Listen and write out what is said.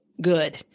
good